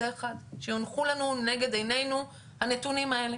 שיונחו לנו נגד עינינו הנתונים האלה.